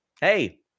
hey